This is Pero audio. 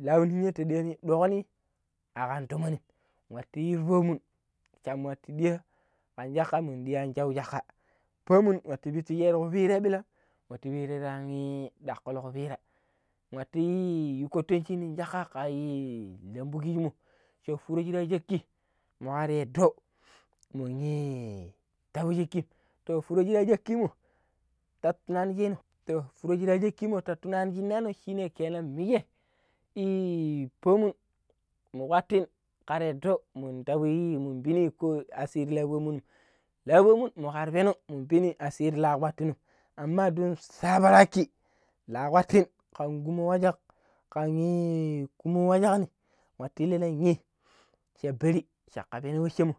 ﻿lau ninya ta ɗiani dokni akkan tomoni wattu yiro pomun shan muatu ɗia kan shakka min ɗian an shau shakka pomun wattu pittu shero kupirai billan watu ɗiaro an ii dakulu kupira watu yu kwatanche nin shakka kaiii lambu kijimo.sha furo shira shekki mugar yedo muii tabu shikkim too furo shira shakkin mo ta tunani sheno too furo shira shekkin mo ta tunani shinano shine kenna mijje ii pomon mu kwatin kar yedo mun tabii mun pini ko asiri lapomuni lapomun mukar penom mun pinni asiri lakwatinim amma don sabaraki lakwatin kan kum washak kan ii kumo washakni watu illina yi sha barri shaka peno washenmo